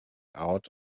out